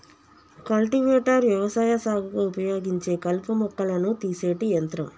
cultivator వ్యవసాయ సాగుకు ఉపయోగించే కలుపు మొక్కలను తీసేటి యంత్రం